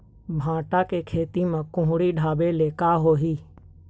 भांटा के खेती म कुहड़ी ढाबे ले का होही?